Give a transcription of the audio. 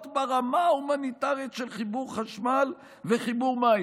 ברמה ההומניטרית של חיבור חשמל וחיבור מים.